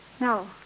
No